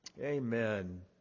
Amen